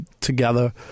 together